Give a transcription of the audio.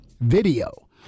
video